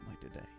today